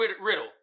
riddle